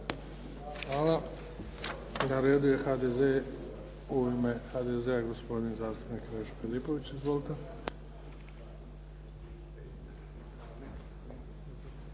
Hvala. Na redu je HDZ, u ime HDZ-a, gospodin zastupnik Krešo Filipović. Izvolite.